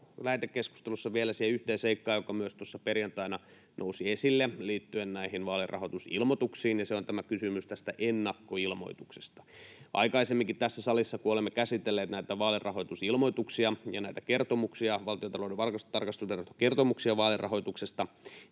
lähetekeskustelussa vielä siihen yhteen seikkaan, joka myös tuossa perjantaina nousi esille liittyen näihin vaalirahoitusilmoituksiin, ja se on kysymys tästä ennakkoilmoituksesta. Aikaisemminkin tässä salissa, kun olemme käsitelleet näitä vaalirahoitusilmoituksia ja näitä Valtiontalouden tarkastusviraston kertomuksia vaalirahoituksesta,